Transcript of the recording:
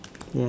ya